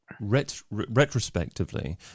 retrospectively